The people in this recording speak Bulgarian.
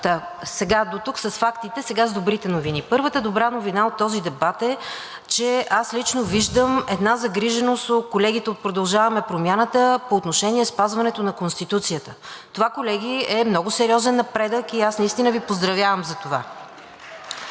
светът. Дотук с фактите, сега с добрите новини. Първата добра новина от този дебат е, че аз лично виждам една загриженост у колегите от „Продължаваме Промяната“ по отношение спазването на Конституцията. Това, колеги, е много сериозен напредък и аз наистина Ви поздравявам за това.